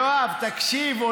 יואב, תקשיב.